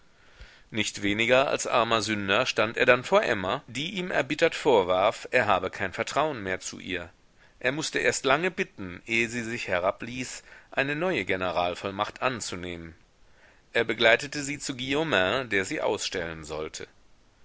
nicht weniger als armer sünder stand er dann vor emma die ihm erbittert vorwarf er habe kein vertrauen mehr zu ihr er mußte erst lange bitten ehe sie sich herabließ eine neue generalvollmacht anzunehmen er begleitete sie zu guillaumin der sie ausstellen sollte